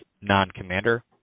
non-commander